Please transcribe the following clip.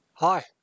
Hi